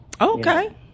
Okay